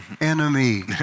enemy